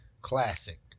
Classic